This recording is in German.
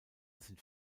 sind